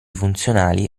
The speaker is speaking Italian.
funzionali